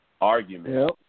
argument